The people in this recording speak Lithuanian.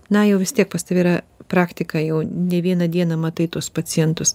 na jau vis tiek pas tave yra praktika jau ne vieną dieną matai tuos pacientus